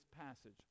passage